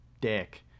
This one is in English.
dick